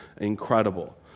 incredible